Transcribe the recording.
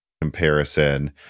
comparison